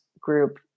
group